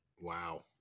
Wow